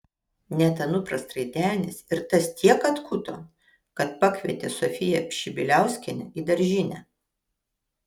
net anupras traidenis ir tas tiek atkuto kad pakvietė sofiją pšibiliauskienę į daržinę